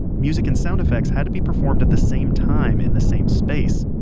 music and sound effects had to be performed at the same time in the same space.